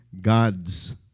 gods